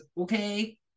okay